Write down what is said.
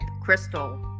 crystal